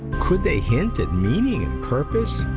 could they hint at meaning and purpose?